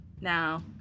Now